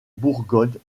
bourgogne